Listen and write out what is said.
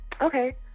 Okay